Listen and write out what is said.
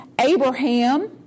Abraham